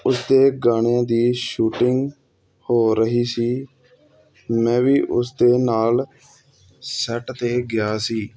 ਉਸਦੇ ਗਾਣਿਆਂ ਦੀ ਸ਼ੂਟਿੰਗ ਹੋ ਰਹੀ ਸੀ ਮੈਂ ਵੀ ਉਸ ਦੇ ਨਾਲ ਸੈੱਟ 'ਤੇ ਗਿਆ ਸੀ